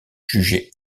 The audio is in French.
jugé